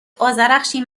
آذرخشی